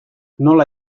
nola